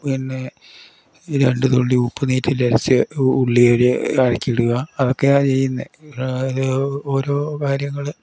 പിന്നെ രണ്ട് തുള്ളി ഉപ്പ് നീറ്റലരച്ച് ഉള്ളിയേൽ അരക്കിടുക അതൊക്കെയാണ് ചെയ്യുന്നേ ഓരോ കാര്യങ്ങൾ